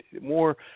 more